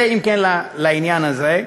זה, אם כן, לעניין הזה.